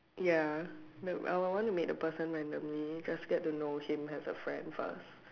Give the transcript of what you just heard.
ya no I would want to meet the person randomly just get to know him as a friend first